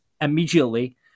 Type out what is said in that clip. Immediately